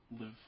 live